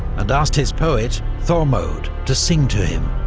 and asked his poet thormod to sing to him,